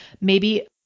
Maybe-